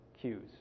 cues